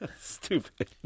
Stupid